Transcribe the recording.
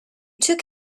took